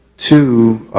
to